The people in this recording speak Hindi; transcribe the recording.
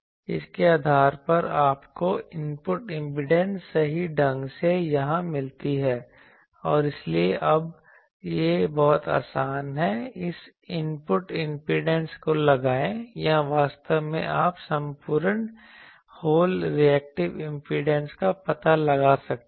इसके आधार पर आपको इनपुट इंपेडेंस सही ढंग से यहां मिलती है और इसलिए अब यह बहुत आसान है इस इनपुट इंपेडेंस को लगाएं या वास्तव में आप संपूर्ण रिएक्टिव इंपेडेंस का पता लगा सकते हैं